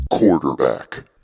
Quarterback